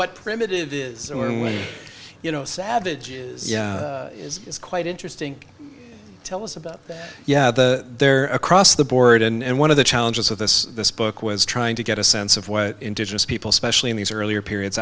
what primitive is one way you know savages is is quite interesting tell us about yeah the there across the board and one of the challenges of this this book was trying to get a sense of what indigenous people especially in these earlier periods